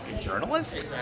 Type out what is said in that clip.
journalist